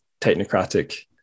technocratic